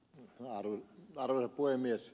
arvoisa puhemies